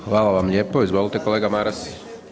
Hvala vam lijepo, izvolite kolega Maras.